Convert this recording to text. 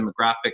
demographic